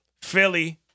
Philly